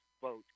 vote